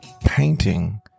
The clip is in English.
painting